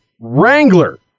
Wrangler